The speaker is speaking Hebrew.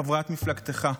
חברת מפלגתך.